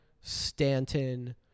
Stanton